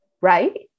right